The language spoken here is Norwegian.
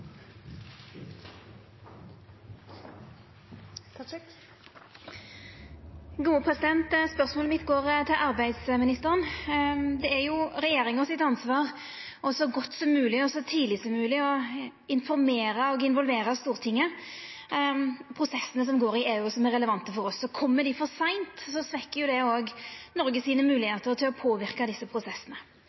regjeringa sitt ansvar så godt som mogleg og så tidleg som mogleg å informera og involvera Stortinget om prosessane som går i EU, og som er relevante for oss. Kjem dei for seint, svekkjer det òg dei moglegheitene Noreg har til påverka desse prosessane.